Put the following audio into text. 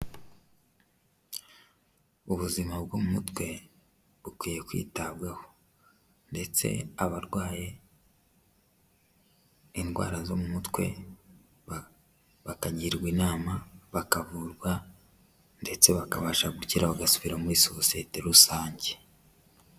Ubuzima bwo mu mutwe bukwiye kwitabwaho ndetse abarwaye indwara zo mu mutwe bakagirwa inama bakavurwa ndetse bakabasha gukira bagasubira muri sosiyete rusange.